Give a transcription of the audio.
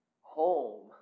home